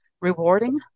rewarding